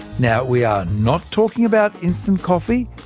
now we are not talking about instant coffee,